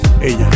ella